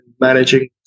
managing